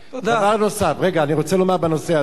דבר נוסף, אני רוצה לומר בנושא הזה